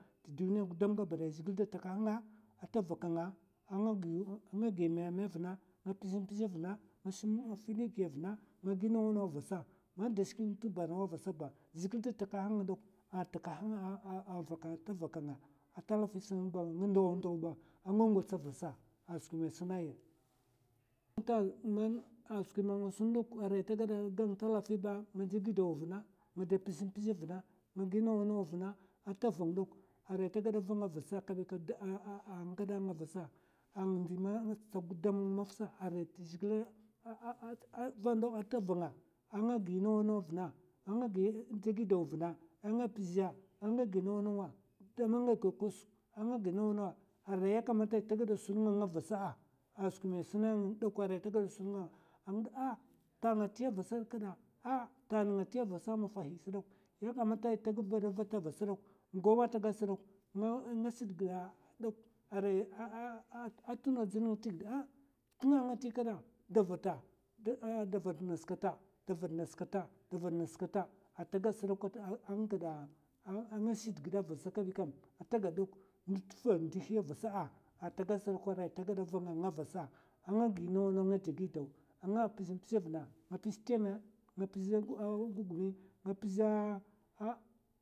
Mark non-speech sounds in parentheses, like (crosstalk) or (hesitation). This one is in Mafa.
Tè duni gudam gabaday, zhègilè da takahanga ata va ka'nga a nga gi mèmè vna, nga mpzè mpzè vna, nga shim fili giya vna, nga gi nawa nawa vasa. man da shikn ta borno vasa ba zhègil da takahanga dok ata vakanga ata fi ngsba a nda ndawa ndaw ba a nga gwatsa vasa a skwi man i suna ya. Ntal, man a skwi man nga sun dok arai tagada gan talafi ba a nga dè gidaw vn. nga mpzè mpzè vna, nga gi nawa nawa vna ata vang dok arai tagada vanga vasa kabi ka a nga gada vasa. a ng ma ngndi ma nga ts'tsavul maf sa arai zhègil (hesitation) ata vanga a nga gi nawa nawa vna, a nga gin dè gidaw vna, a nga pzè, a nga gi nawa nawa, nga gi kosuk, a nga gi nawa nawa arai ya kamata ng mafai ta gada sunga vasa a skwi mè suna ya dakwa rai ta gada sunga. ah ta ngati vasa kada ah ta ngati vasa mafai sa, yakatama rai tagada vata vasa dok (hesitation) arai a tuna dzng tigid. tnga ngati kada da vata. da vat nas kata, da vat nas kata, da vat nas kata ata gad sdok, a nga gada shid gid gida vasa kabi kam ata gad dok ndo tva ndihi vasa ata gad sdok arai ta gada vanga nga vasa, a nga gi nawa nawa, a nga dè gidaw, a nga mpzè mpzè vna. nga pzè tèma, nga pzè gugumi, nga pzè a.